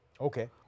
Okay